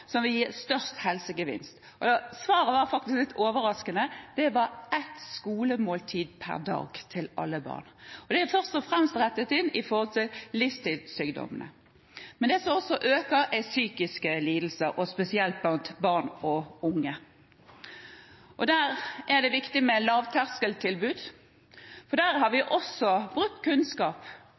som vil gi størst helsegevinst. Svaret var faktisk litt overraskende. Det var ett skolemåltid hver dag til alle barn. Det er først og fremst rettet inn mot livsstilsykdommene. Noe annet som øker, er psykiske lidelser, spesielt blant barn og unge. Her er det viktig med lavterskeltilbud. Her har vi også brukt kunnskap.